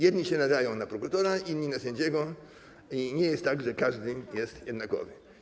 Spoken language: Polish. Jedni się nadają na prokuratora, inni - na sędziego i nie jest tak, że każdy jest jednakowy.